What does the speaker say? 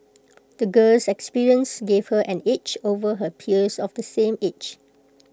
the girl's experiences gave her an edge over her peers of the same age